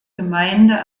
gemeinde